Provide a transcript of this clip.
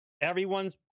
everyone's